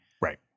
Right